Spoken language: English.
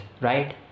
right